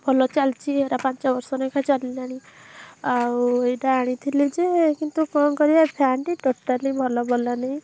ଭଲ ଚାଲିଛି ଏଇଟା ପାଞ୍ଚ ବର୍ଷ ଲେଖାଏଁ ଚାଲିଲାଣି ଆଉ ଏଇଟା ଆଣିଥିଲି ଯେ କିନ୍ତୁ କ'ଣ କରିବା ଫ୍ୟାନ୍ଟି ଟୋଟାଲି ଭଲ ପଡ଼ିଲାନି